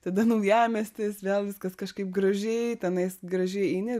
tada naujamiestis vėl viskas kažkaip gražiai tenais gražiai eini